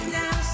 now